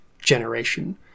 generation